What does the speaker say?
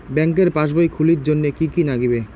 ব্যাঙ্কের পাসবই খুলির জন্যে কি কি নাগিবে?